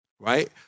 Right